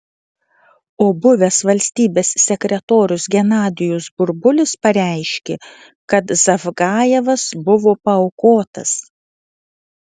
o buvęs valstybės sekretorius genadijus burbulis pareiškė kad zavgajevas buvo paaukotas